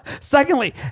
Secondly